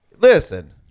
listen